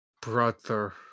Brother